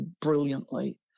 brilliantly